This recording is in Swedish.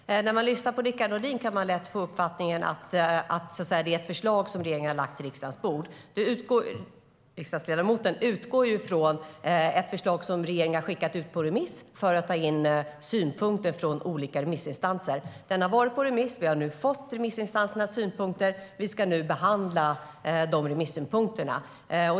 Herr talman! När man lyssnar på Rickard Nordin kan man lätt få uppfattningen att detta är ett förslag som regeringen har lagt på riksdagens bord. Riksdagsledamoten utgår från ett förslag som regeringen har skickat ut på remiss för att ta in synpunkter från olika remissinstanser. Förslaget har varit på remiss, vi har nu fått remissinstansernas synpunkter och vi ska nu behandla dessa.